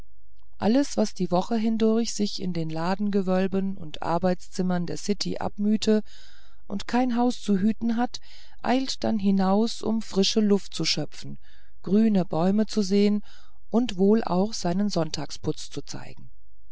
alles was die woche hindurch sich in den ladengewölben und arbeitszimmern der city abmühte und kein haus zu hüten hat eilt dann hinaus um frische luft zu schöpfen grüne bäume zu sehen und wohl auch seinen sonntagsputz zu zeigen